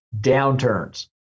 downturns